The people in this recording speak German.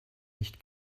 nicht